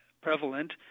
prevalent